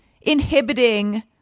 inhibiting